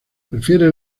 prefiere